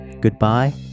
Goodbye